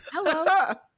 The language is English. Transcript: Hello